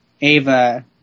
Ava